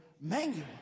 manual